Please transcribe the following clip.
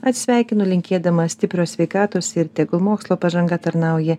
atsisveikinu linkėdama stiprios sveikatos ir tegul mokslo pažanga tarnauja